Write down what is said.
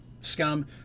scum